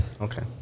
Okay